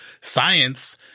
science